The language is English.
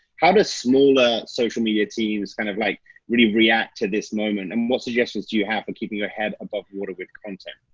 how does smaller social media teams kind of like really react to this moment? and what suggestions do you have for keeping your head above water with content?